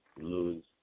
lose